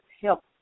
help